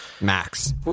Max